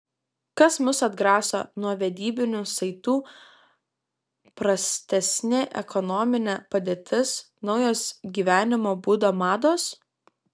kas mus atgraso nuo vedybinių saitų prastesnė ekonominė padėtis naujos gyvenimo būdo mados